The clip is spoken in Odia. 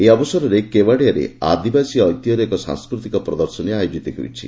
ଏହି ଅବସରରେ କେଓ୍ଠାଡିଆରେ ଆଦିବାସୀ ଐତିହ୍ୟର ଏକ ସାଂସ୍କୃତିକ ପ୍ରଦର୍ଶନୀ ଆୟୋଜିତ ହେଉଛି